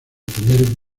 tener